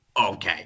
Okay